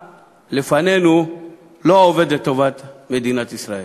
לפנינו לא עובדת לטובת מדינת ישראל.